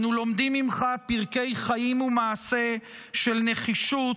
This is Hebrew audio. אנו לומדים ממך פרקי חיים ומעשה של נחישות,